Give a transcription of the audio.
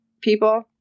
people